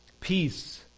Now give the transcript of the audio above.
Peace